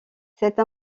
cette